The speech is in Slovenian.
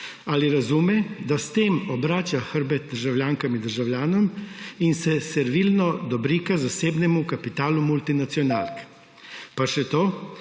Ali razume, da s tem obrača hrbet državljankam in državljanom in se servilno dobrika zasebnemu kapitalu multinacionalk? Pa še to,